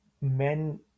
men